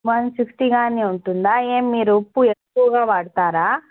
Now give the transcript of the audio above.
one sixty కానీ ఉంటుందా ఏం మీరు ఉప్పు ఎక్కువగా వాడతారా